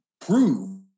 prove